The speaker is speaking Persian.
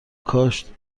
کاشت